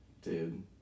Dude